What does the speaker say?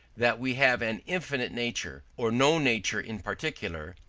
that we have an infinite nature, or no nature in particular,